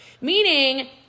Meaning